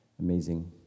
amazing